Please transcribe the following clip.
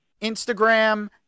Instagram